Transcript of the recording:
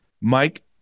Mike